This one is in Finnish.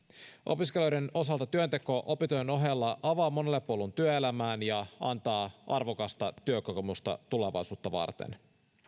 opiskelijoiden osalta työnteko opintojen ohella avaa monelle polun työelämään ja antaa arvokasta työkokemusta tulevaisuutta varten